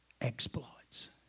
exploits